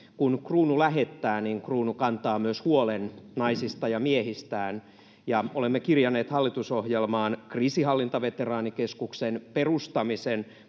Kun kruunu lähettää, niin kruunu kantaa myös huolen naisistaan ja miehistään. Olemme kirjanneet hallitusohjelmaan kriisinhallintaveteraanikeskuksen perustamisen